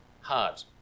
hard